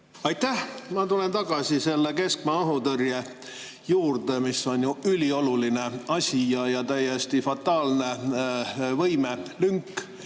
Aitäh! Ma tulen tagasi selle keskmaa‑õhutõrje juurde, mis on ju ülioluline asi ja täiesti fataalne võimelünk.